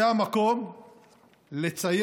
זה המקום לציין